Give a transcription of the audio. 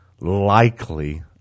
likely